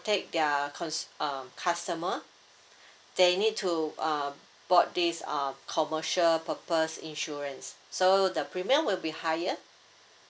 their cons~ uh customer they need to uh bought this uh commercial purpose insurance so the premium will be higher